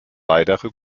weitere